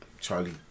Charlie